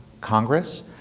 Congress